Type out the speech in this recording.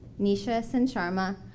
nisha sincharma,